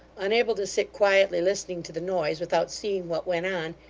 unable to sit quietly listening to the noise without seeing what went on,